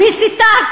מסיתה.